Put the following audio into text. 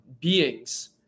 beings